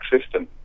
system